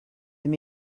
them